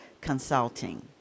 Consulting